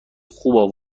خوب